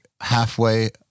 halfway